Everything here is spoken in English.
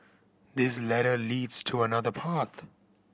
this ladder leads to another path